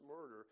murder